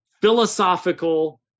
philosophical